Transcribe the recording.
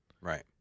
Right